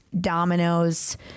dominoes